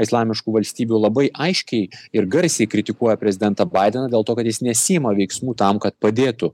islamiškų valstybių labai aiškiai ir garsiai kritikuoja prezidentą baideną dėl to kad jis nesiima veiksmų tam kad padėtų